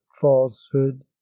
falsehood